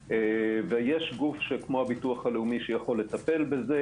ויש גוף כמו הביטוח הלאומי שיכול לטפל בזה.